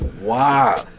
Wow